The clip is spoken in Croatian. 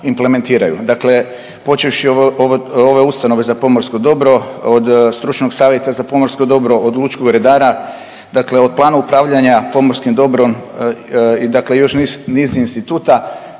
implementiraju. Dakle, počevši od ove ustanove za pomorsko dobro, od stručnog savjeta za pomorsko dobro, od lučkog redara, dakle od plana upravljanja pomorskim dobrom i dakle još niz instituta.